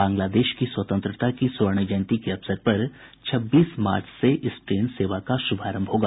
बांग्लादेश की स्वतंत्रता की स्वर्ण जयंती के अवसर पर छब्बीस मार्च से इस ट्रेन सेवा का शुभारंभ होगा